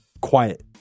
quiet